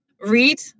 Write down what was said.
read